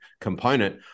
component